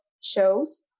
shows